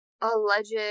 alleged